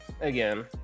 again